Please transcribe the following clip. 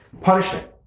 Punishment